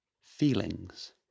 feelings